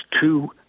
two